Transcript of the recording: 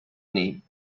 name